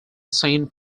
saint